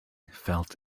felt